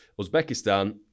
Uzbekistan